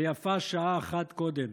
ויפה שעה אחת קודם.